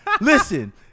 listen